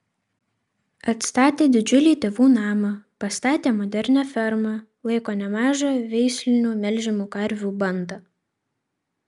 atstatė didžiulį tėvų namą pastatė modernią fermą laiko nemažą veislinių melžiamų karvių bandą